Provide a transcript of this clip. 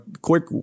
quick